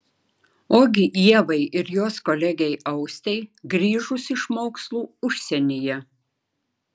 ogi ievai ir jos kolegei austei grįžus iš mokslų užsienyje